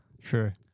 Sure